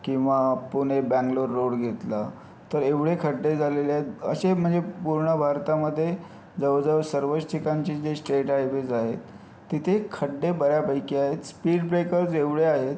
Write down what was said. किंवा पुणे बंगलोर रोड घेतला तर एवढे खड्डे झालेले आहेत असे म्हणजे पूर्ण भारतामध्ये जवळ जवळ सर्वच ठिकाणचे जे स्टेट हायवेज आहेत तिथे खड्डे बऱ्यापैकी आहेत स्पीड ब्रेकर्स एवढे आहेत